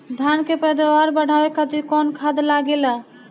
धान के पैदावार बढ़ावे खातिर कौन खाद लागेला?